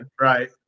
Right